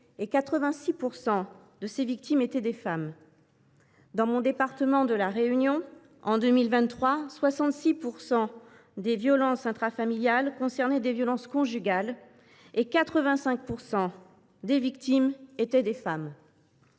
et 86 % de ces victimes étaient des femmes. Dans mon département de La Réunion, en 2023, 66,5 % des violences intrafamiliales concernaient des violences conjugales, et 85 % des victimes étaient des femmes.